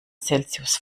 celsius